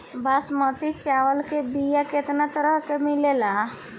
बासमती चावल के बीया केतना तरह के मिलेला?